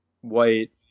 White